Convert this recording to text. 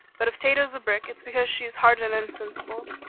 but if tato's a brick it's because she is hard and insensible.